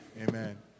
Amen